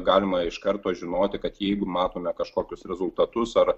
galima iš karto žinoti kad jeigu matome kažkokius rezultatus ar